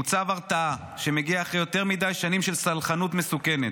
הוא צו הרתעה שמגיע לאחר יותר מדי שנים של סלחנות מסוכנת.